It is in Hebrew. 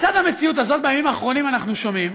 לצד המציאות הזאת, בימים האחרונים אנחנו שומעים